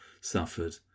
suffered